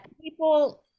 people